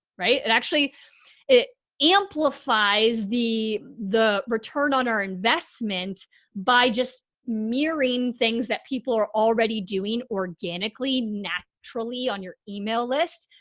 right? it actually amplifies the, the return on our investment by just mirroring things that people are already doing organically, naturally on your email list.